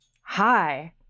Hi